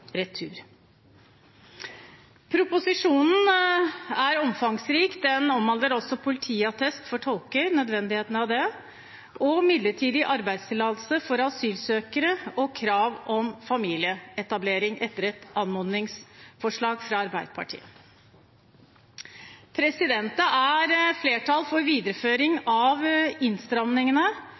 retur. Proposisjonen er omfangsrik. Den omhandler også politiattest for tolker, nødvendigheten av det, midlertidig arbeidstillatelse for asylsøkere og krav om familieetablering, etter et anmodningsforslag fra Arbeiderpartiet. Det er flertall for videreføring av innstramningene,